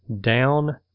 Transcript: down